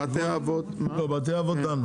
בתי אבות דנו.